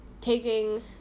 taking